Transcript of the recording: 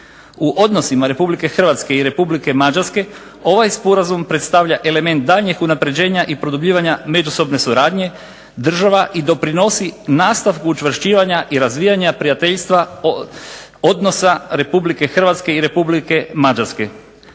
U odnosima Republike Hrvatske i Republike Mađarske ovaj sporazum predstavlja element daljnjeg unapređenja i produbljivanja međusobne suradnje država i doprinosi nastavku učvršćivanja i razvijanja prijateljstva odnosa Republike Hrvatske i Republike Mađarske.